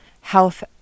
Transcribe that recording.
health